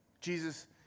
Jesus